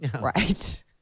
Right